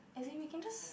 as in we can just